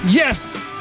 Yes